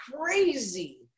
crazy